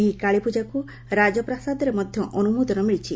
ଏହି କାଳୀପ୍ରଜାକୁ ରାଜପ୍ରାସାଦରେ ମଧ୍ୟ ଅନ୍ତମୋଦନ ମିଳିଛି